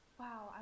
wow